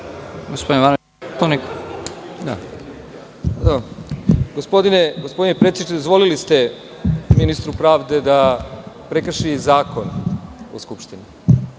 Gospodine predsedniče, dozvolili ste ministru pravde da prekrši Zakon o Skupštini.